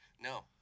No